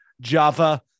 Java